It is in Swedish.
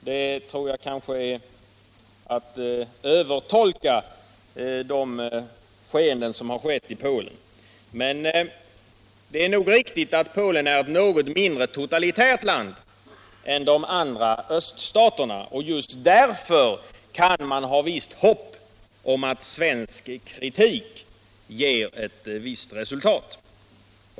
Det är kanske att ”övertolka” de skeenden som förekommit i Polen, men det är nog riktigt att Polen är ett något mindre totalitärt land än de andra öststaterna. Just därför kan man också ha visst hopp om att svensk kritik skall ge resultat.